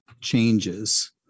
changes